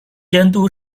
监督